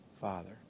father